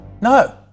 No